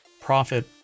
profit